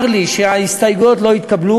צר לי שההסתייגויות לא התקבלו,